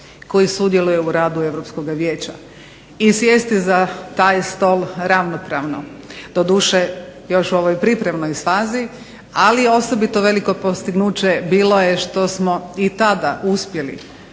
koji sudjeluje u radu Europskoga vijeća i sjesti za taj stol ravnopravno. Doduše još u ovoj pripremnoj fazi, ali osobito veliko postignuće bilo je što smo i tada uspjeli,